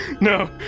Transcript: No